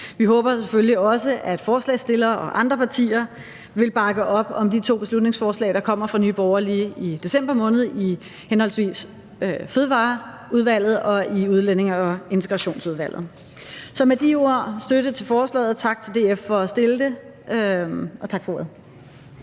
Vi håber selvfølgelig også, at forslagsstillere og andre partier vil bakke op om de to beslutningsforslag, der kommer fra Nye Borgerlige i december måned i henholdsvis Fødevareudvalget og i Udlændinge- og Integrationsudvalget. Så med de ord støtte til forslaget, og tak til DF for at fremsætte det. Tak for ordet.